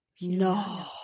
no